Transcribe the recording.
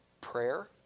prayer